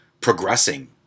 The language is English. progressing